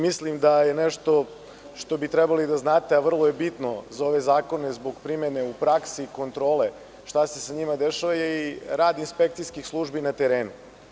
Mislim da je nešto što bi trebalo da znate, a vrlo je bitno za ove zakone, zbog primene u praksi, kontrole šta se sa njima dešava je i rad inspekcijskih službi na terenu.